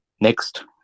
Next